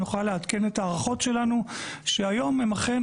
נוכל לעדכן את ההערכות שלנו שהיום אכן